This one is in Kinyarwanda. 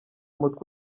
umutwe